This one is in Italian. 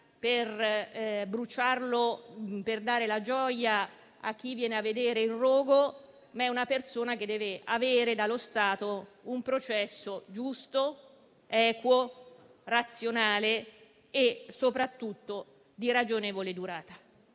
piazza, per dare gioia a chi viene a vedere il rogo, ma è una persona che dallo Stato deve avere un processo giusto, equo, razionale e, soprattutto, di ragionevole durata.